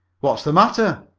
what's the matter?